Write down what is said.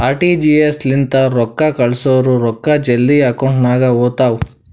RTGS ಲಿಂತ ರೊಕ್ಕಾ ಕಳ್ಸುರ್ ರೊಕ್ಕಾ ಜಲ್ದಿ ಅಕೌಂಟ್ ನಾಗ್ ಹೋತಾವ್